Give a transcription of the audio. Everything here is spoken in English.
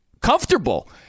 comfortable